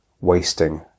wasting